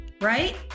right